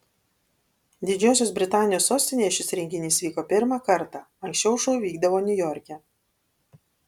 didžiosios britanijos sostinėje šis renginys vyko pirmą kartą anksčiau šou vykdavo niujorke